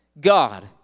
God